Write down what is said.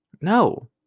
No